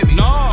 no